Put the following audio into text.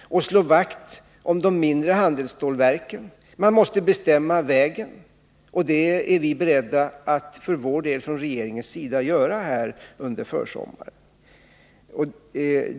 och samtidigt slå vakt om de mindre handelsstålsföretagen. Man måste bestämma vägen, och det är vi från regeringens sida beredda att göra under försommaren.